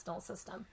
system